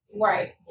Right